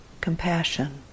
compassion